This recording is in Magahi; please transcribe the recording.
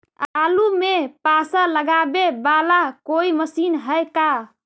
आलू मे पासा लगाबे बाला कोइ मशीन है का?